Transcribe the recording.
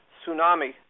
tsunami